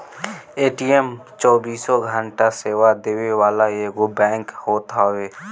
ATM चौबीसों घंटा सेवा देवे वाला एगो बैंक होत हवे